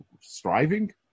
striving